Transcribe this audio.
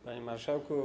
Panie Marszałku!